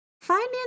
Finance